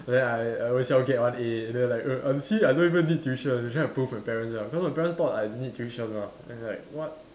then I I always own self get one A then I like err ah you see I don't even need tuition like trying to prove my parents ah cause my parents thought I need tuition [what] then it's like what